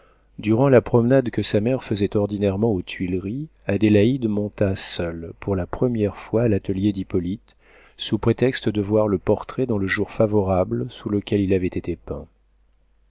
durant la promenade que sa mère faisait ordinairement aux tuileries adélaïde monta seule pour la première fois à l'atelier d'hippolyte sous prétexte de voir le portrait dans le jour favorable sous lequel il avait été peint